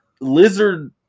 Lizard